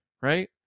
right